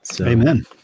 Amen